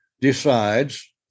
decides